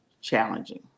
challenging